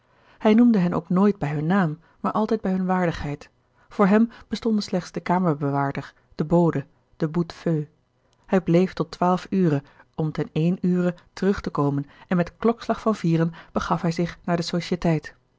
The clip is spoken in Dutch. hij noemde hen ook nooit bij hun naam maar altijd bij hunne waardigheid voor hem bestonden slechts de kamerbewaarder de bode de boute feu hij bleef tot twaalf ure om ten een ure terug te komen en met klokslag van vieren begaf hij zich naar de societeit